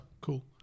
Cool